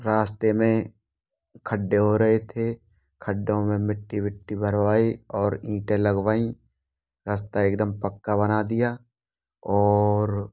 रास्ते में खड्डे हो रहे थे खड्डों में मिट्टी विट्टी भरवाई और ईंटे लगवाई रास्ता एकदम पक्का बना दिया और